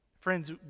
Friends